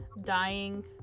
dying